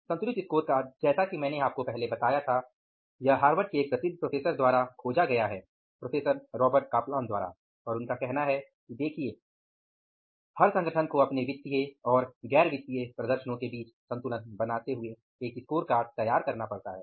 संतुलित स्कोरकार्ड जैसा कि मैंने आपको पहले बताया था यह हार्वर्ड के एक प्रसिद्ध प्रोफेसर द्वारा खोजा गया है प्रोफ़ेसर रॉबर्ट कापलान द्वारा और उनका कहना है कि देखिये हर संगठन को अपने वित्तीय और गैर वित्तीय या परिचालन प्रदर्शनों के बीच संतुलन बनाते हुए एक स्कोरकार्ड तैयार करना पड़ता है